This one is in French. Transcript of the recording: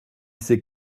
s’est